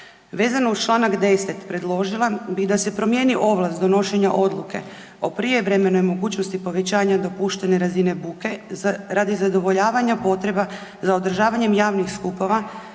Vezano uz Članak 10. predložila bi da se promijeni ovlast donošenja odluke o prijevremenoj mogućnosti povećanja dopuštene razine buke radi zadovoljavanja potreba za održavanjem javnih skupova